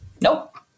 nope